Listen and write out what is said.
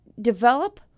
develop